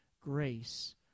grace